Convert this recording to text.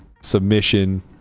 submission